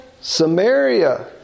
Samaria